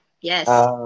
Yes